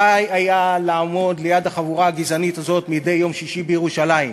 די היה לעמוד ליד החבורה הגזענית הזאת מדי יום שישי בירושלים,